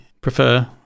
prefer